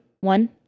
One